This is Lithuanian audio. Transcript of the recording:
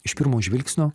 iš pirmo žvilgsnio